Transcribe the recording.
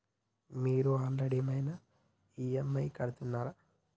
మీరు ఆల్రెడీ ఏమైనా ఈ.ఎమ్.ఐ కడుతున్నారా?